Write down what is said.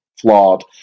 flawed